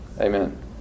Amen